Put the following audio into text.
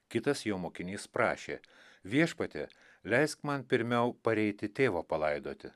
kitas jo mokinys prašė viešpatie leisk man pirmiau pareiti tėvo palaidoti